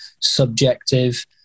subjective